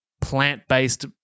plant-based